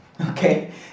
okay